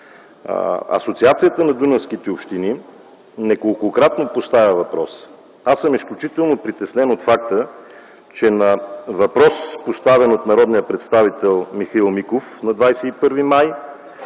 Асоциацията на дунавските общини неколкократно поставя въпроса. Аз съм изключително притеснен от факта, че на въпрос, поставен от народния представител Михаил Миков на 25 май